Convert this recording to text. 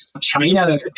China